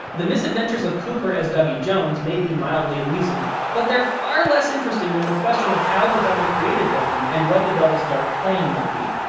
the misadventures of cooper as dougie jones may be mildly amusing, but they're far less interesting than the question of how the double created dougie and what the double's dark plan might be.